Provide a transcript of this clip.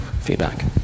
feedback